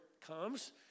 comes